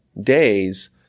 days